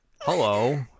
hello